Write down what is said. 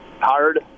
hard